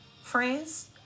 phrase